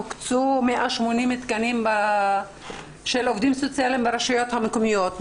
הוקצו 180 תקנים של עובדים סוציאליים ברשויות המקומיות.